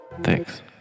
thanks